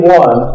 one